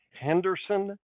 Henderson